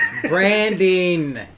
Branding